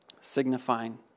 signifying